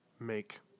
Make